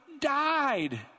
died